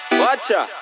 watcha